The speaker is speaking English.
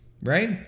right